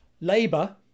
Labour